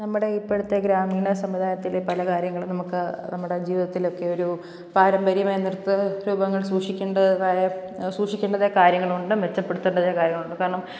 നമ്മുടെ ഇപ്പോഴത്തെ ഗ്രാമീണ സമുദായത്തിൽ പല കാര്യങ്ങളും നമുക്ക് നമ്മുടെ ജീവിതത്തിലൊക്കെ ഒരു പാരമ്പര്യമായ നൃത്ത രൂപങ്ങൾ സൂക്ഷിക്കേണ്ടതായ സൂക്ഷിക്കേണ്ടതായ കാര്യങ്ങളുണ്ട് മെച്ചപ്പെടുത്തേണ്ടതായ കാര്യങ്ങളുണ്ട് കാരണം